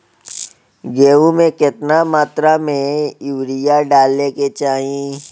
गेहूँ में केतना मात्रा में यूरिया डाले के चाही?